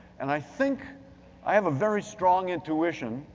and i think i have a very strong intuition,